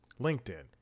LinkedIn